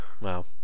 Wow